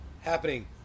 happening